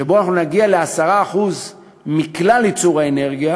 שבו אנחנו נגיע ל-10% מכלל ייצור האנרגיה